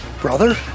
Brother